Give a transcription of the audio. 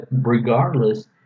regardless